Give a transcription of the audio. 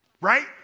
Right